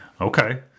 Okay